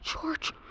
George